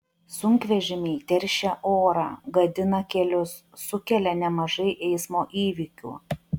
sunkvežimiai teršia orą gadina kelius sukelia nemažai eismo įvykių